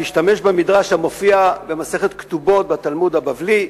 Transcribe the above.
השתמש במדרש המופיע במסכת כתובות בתלמוד הבבלי,